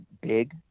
big